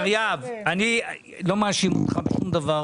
כשבהטבות המס כלולים גם הישובים הערביים,